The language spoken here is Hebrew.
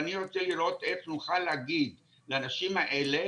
ואני רוצה לראות איך נוכל להגיד אנשים האלה